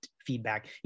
feedback